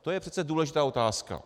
To je přece důležitá otázka.